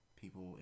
people